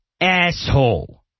asshole